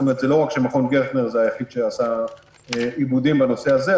זה לא רק שמכון "גרטנר" הוא היחיד שעשה עיבודים בנושא הזה.